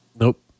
Nope